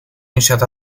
несет